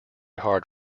hard